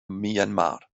myanmar